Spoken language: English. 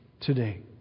today